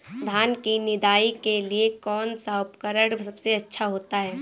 धान की निदाई के लिए कौन सा उपकरण सबसे अच्छा होता है?